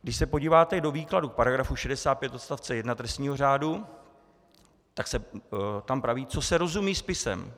Když se podíváte do výkladu § 65 odst. 1 trestního řádu, tak se tam praví, co se rozumí spisem.